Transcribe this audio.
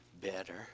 better